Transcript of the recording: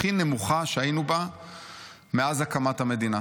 הכי נמוכה שהיינו בה מאז הקמת המדינה.